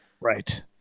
right